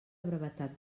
brevetat